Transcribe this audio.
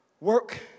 work